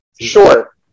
Sure